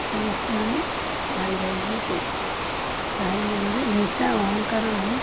ସମସ୍ତେ ଆମେ ଭାଇ ଭାଇ ହେଇ ଚଳୁ କାହାରି ମନରେ ହିଂସା ଅହଂକାର ନାହିଁ